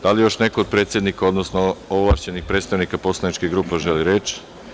Da li još neko od predsednika, odnosno ovlašćenih predstavnika poslaničkih grupa želi reč?